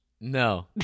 No